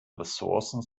ressourcen